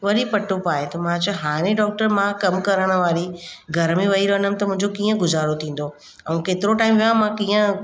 वरी पटो पाए त मां चयो हाणे डॉक्टर मां कमु करणु वारी घर में विही रहंदमि त मुंहिंजो कीअं गुज़ारो थींदो ऐं केतिरो टाइम विहा मां कीअं